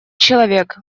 человек